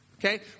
Okay